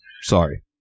sorry